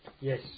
Yes